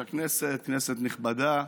הישיבה, כנסת נכבדה,